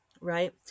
right